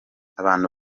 abantu